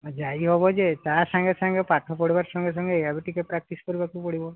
ଯାଇହବ ଯେ ତା ସାଙ୍ଗେ ସାଙ୍ଗେ ପାଠ ପଢ଼ିବାର ସଙ୍ଗେ ସଙ୍ଗେ ଏୟା ବି ଟିକେ ପ୍ରାକ୍ଟିସ୍ କରିବାକୁ ପଡ଼ିବ